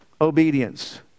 obedience